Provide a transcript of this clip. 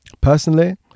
personally